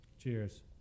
Cheers